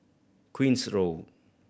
Queen's Road